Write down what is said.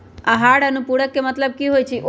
आहार अनुपूरक के मतलब की होइ छई?